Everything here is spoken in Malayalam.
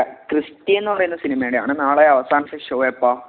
ക്രിസ്റ്റീന്ന് പറയുന്ന സിനിമേടെയാണ് നാളെ അവസാനത്തെ ഷോയെപ്പോൾ